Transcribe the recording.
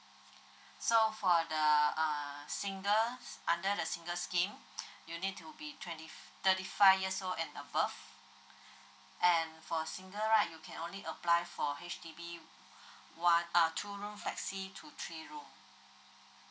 so for the uh single under the single scheme you need to be twenty thirty five years old and above and for single right you can only apply for H_D_B one uh two room flexi to three room